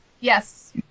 Yes